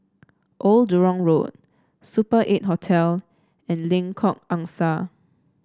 Old Jurong Road Super Eight Hotel and Lengkok Angsa